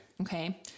Okay